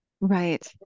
right